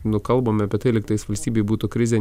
nu kalbame apie tai lygtais valstybėj būtų krizė